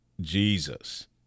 Jesus